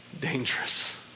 dangerous